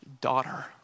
daughter